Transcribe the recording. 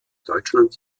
deutschland